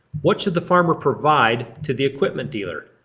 what should the farmer provide to the equipment dealer?